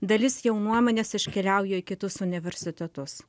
dalis jaunuomenės iškeliauja į kitus universitetus